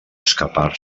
escapar